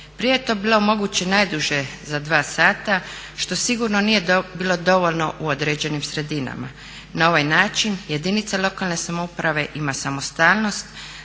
Prije je to bilo moguće najduže za 2 sata što sigurno nije bilo dovoljno u određenim sredinama. Na ovaj način jedinca lokalne samouprave ima samostalnost